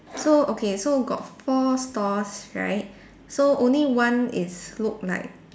so okay so got four stores right so only one is look like